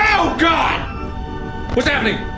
oh god what's happening?